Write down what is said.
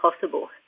possible